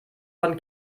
von